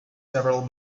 several